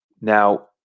Now